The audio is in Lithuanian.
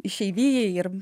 išeivijai ir